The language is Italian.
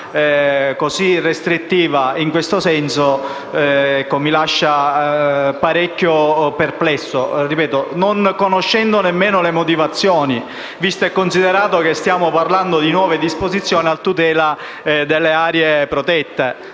così restrittiva mi lascia parecchio perplesso, non conoscendone - ripeto - nemmeno le motivazioni, visto e considerato che stiamo parlando di nuove disposizioni a tutela delle aree protette.